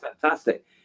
fantastic